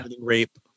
Rape